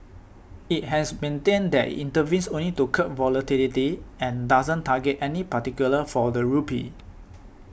it has maintained that it intervenes only to curb volatility and doesn't target any particular for the rupee